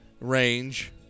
range